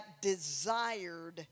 desired